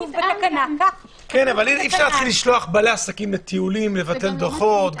אבל אי-אפשר לשלוח בעלי עסקים לטיולים לבטל דוחות.